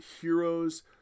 Heroes